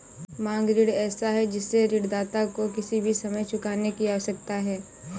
मांग ऋण ऐसा है जिससे ऋणदाता को किसी भी समय चुकाने की आवश्यकता है